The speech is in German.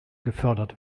gefördert